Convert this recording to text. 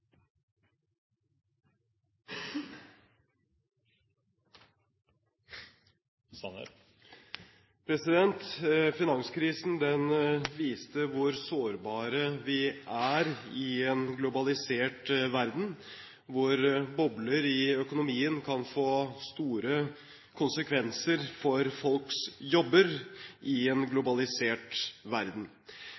det. Finanskrisen viste hvor sårbare vi er i en globalisert verden, og at bobler i økonomien kan få store konsekvenser for folks jobber i